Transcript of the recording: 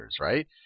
right